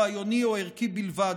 רעיוני או ערכי בלבד.